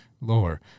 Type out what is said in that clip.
lower